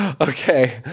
okay